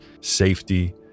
safety